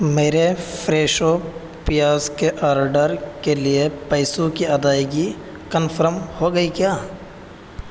میرے فریشو پیاز کے آرڈر کے لیے پیسوں کی ادائیگی کنفرم ہو گئی کیا